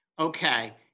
Okay